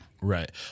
Right